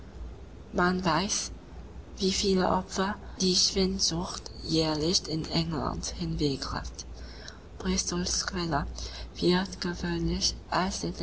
man weiß wie viele opfer die schwindsucht jährlich in england hinwegrafft bristols quelle wird gewöhnlich als